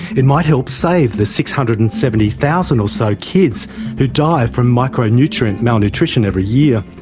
it might help save the six hundred and seventy thousand or so kids who die from micronutrient malnutrition every year,